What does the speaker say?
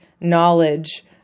knowledge